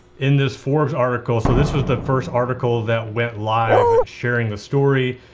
in this forbes article, so this was the first article that went live, sharing the story.